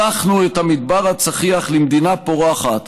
הפכנו את המדבר הצחיח למדינה פורחת,